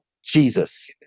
Jesus